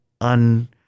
un